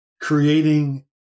creating